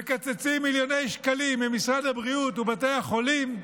מקצצים מיליוני שקלים ממשרד הבריאות ובתי החולים,